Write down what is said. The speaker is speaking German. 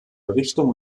errichtung